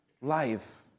life